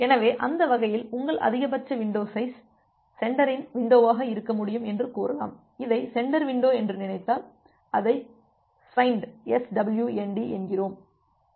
எனவே அந்த வகையில் உங்கள் அதிகபட்ச வின்டோ சைஸ் சென்டரின் வின்டோவாக இருக்க முடியும் என்று கூறலாம் இதை சென்டர் வின்டோ என்று நினைத்தால் அதை ஸ்வண்ட் என்கிறோம்